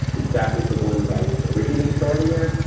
since that was the one that i was originally starting at,